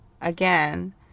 again